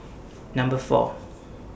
Number four